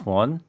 one